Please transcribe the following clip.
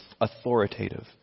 authoritative